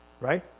right